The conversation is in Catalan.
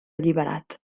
alliberat